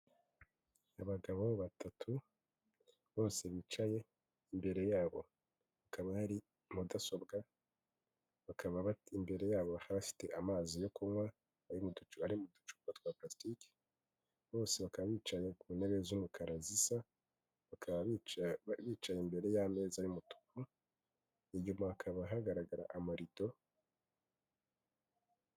Abagabo batatu bose bicaye imbere yabo akaba yari mudasobwa bakaba bate imbere yabo hafite amazi yo kunywa ari mu ducu ari mu ducupa twa palasitiki bose bakaba bicaye ku ntebe z'umukara zisa bakaba bica bicaye imbere y'ameza y'umutuku inyuma hakaba hagaragara amarido.